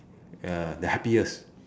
uh the happiest